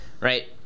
right